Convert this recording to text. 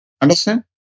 Understand